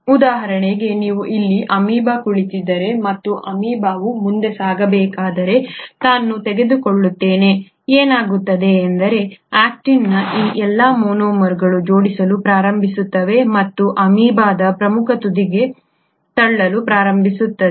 ಉದಾಹರಣೆಗೆ ನೀವು ಇಲ್ಲಿ ಅಮೀಬಾ ಕುಳಿತಿದ್ದರೆ ಮತ್ತು ಅಮೀಬಾವು ಮುಂದೆ ಸಾಗಬೇಕಾದರೆ ನಾನು ತೆಗೆದುಕೊಳ್ಳುತ್ತೇನೆ ಏನಾಗುತ್ತದೆ ಎಂದರೆ ಆಕ್ಟಿನ್ನ ಈ ಎಲ್ಲಾ ಮೊನೊಮರ್ಗಳು ಜೋಡಿಸಲು ಪ್ರಾರಂಭಿಸುತ್ತವೆ ಮತ್ತು ಅಮೀಬಾದ ಪ್ರಮುಖ ತುದಿಗೆ ತಳ್ಳಲು ಪ್ರಾರಂಭಿಸುತ್ತವೆ